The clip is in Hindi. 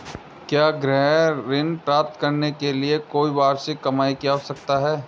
क्या गृह ऋण प्राप्त करने के लिए कोई वार्षिक कमाई की आवश्यकता है?